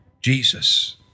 Jesus